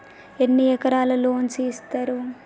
ఎన్ని రకాల లోన్స్ ఇస్తరు?